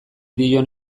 dion